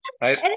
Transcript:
right